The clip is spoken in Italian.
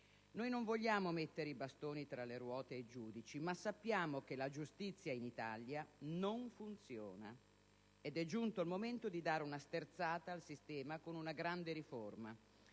Noi non vogliamo mettere i bastoni tra le ruote ai giudici, ma sappiamo che la giustizia in Italia non funziona, ed è giunto il momento di dare una sterzata al sistema con una grande riforma.